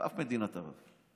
באף מדינת ערב.